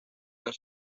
los